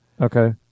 Okay